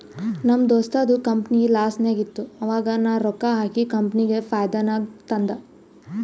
ನಮ್ ದೋಸ್ತದು ಕಂಪನಿ ಲಾಸ್ನಾಗ್ ಇತ್ತು ಆವಾಗ ನಾ ರೊಕ್ಕಾ ಹಾಕಿ ಕಂಪನಿಗ ಫೈದಾ ನಾಗ್ ತಂದ್